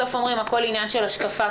בסוף אומרים: הכול עניין של השקפה,